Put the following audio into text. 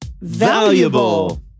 Valuable